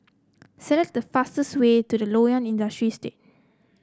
select the fastest way to the Loyang Industrial Estate